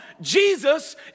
Jesus